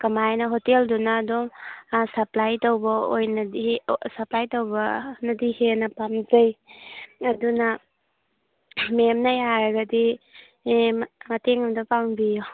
ꯀꯃꯥꯏꯅ ꯍꯣꯇꯦꯜꯗꯨꯅ ꯑꯗꯨꯝ ꯁꯞꯄ꯭ꯂꯥꯏ ꯇꯧꯕ ꯑꯣꯏꯅꯗꯤ ꯁꯞꯄ꯭ꯂꯥꯏ ꯇꯧꯕꯅꯗꯤ ꯍꯦꯟꯅ ꯄꯥꯝꯖꯩ ꯑꯗꯨꯅ ꯃꯦꯝꯅ ꯌꯥꯔꯒꯗꯤ ꯃꯇꯦꯡ ꯑꯃꯨꯛꯇ ꯄꯥꯡꯕꯤꯌꯨ